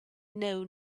know